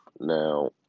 Now